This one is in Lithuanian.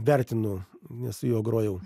vertinu nes su juo grojau